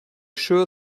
sure